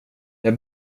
jag